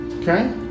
Okay